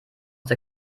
der